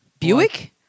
Buick